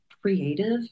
creative